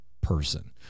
person